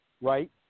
right